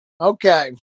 Okay